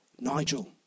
Nigel